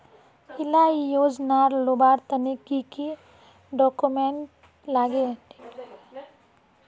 इला योजनार लुबार तने की की डॉक्यूमेंट लगे?